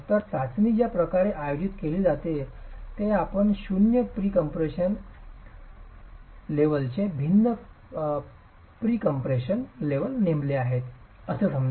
तर चाचणी ज्या प्रकारे आयोजित केली जाते ते आपण शून्य प्रीकम्पप्रेशन लेव्हलचे भिन्न प्रीकम्पप्रेशन लेव्हल नेमले आहेत असे समजू